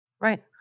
Right